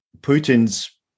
Putin's